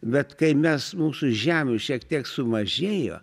bet kai mes mūsų žemių šiek tiek sumažėjo